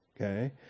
Okay